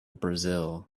brazil